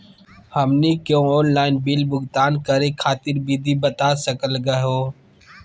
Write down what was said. हमनी के online bill भुगतान करे खातीर विधि बता सकलघ हो?